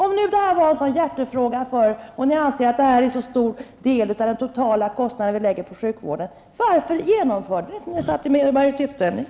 Om det här är en så stor hjärtefråga för er och om ni anser att läkemedelskostnaden utgör en så stor del av den totala sjukvårdskostnaden, varför gjorde ni ingenting åt saken när ni var i majoritetsställning?